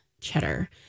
cheddar